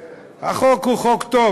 החוק הוא חוק טוב,